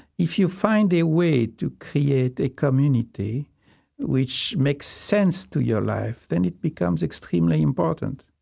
if you find a way to create a community which makes sense to your life, then it becomes extremely important.